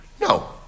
No